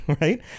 right